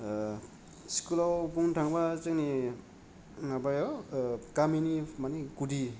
स्कुलाव बुंनो थांबा जोंनि माबायाव गामिनि मानि गुदि